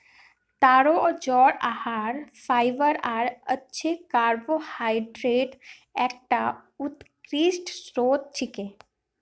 तारो जड़ आहार फाइबर आर अच्छे कार्बोहाइड्रेटक एकता उत्कृष्ट स्रोत छिके